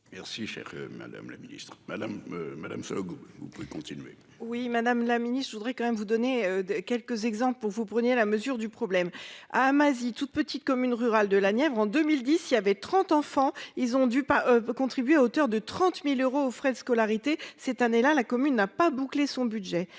Merci chère madame la ministre madame madame goût on peut continuer. Oui Madame la Ministre je voudrais quand même vous donner quelques exemples pour vous preniez la mesure du problème. Ah Amazit toute petite commune rurale de la Nièvre en 2010 il y avait 30 enfants, ils ont dû pas contribuer à hauteur de 30.000 euros aux frais de scolarité cette année la la commune n'a pas boucler son budget